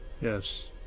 yes